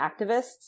activists